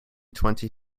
twenty